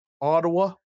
Ottawa